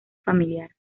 familiar